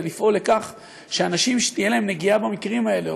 זה לפעול לכך שאנשים שתהיה להם נגיעה במקרים האלה,